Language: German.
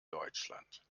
deutschland